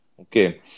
Okay